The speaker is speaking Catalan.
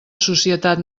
societat